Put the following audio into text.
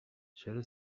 چرا